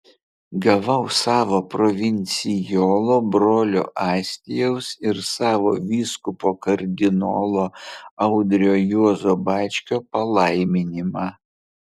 gavau savo provincijolo brolio astijaus ir savo vyskupo kardinolo audrio juozo bačkio palaiminimą